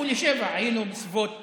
היינו בסביבות 15:00,